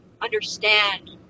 understand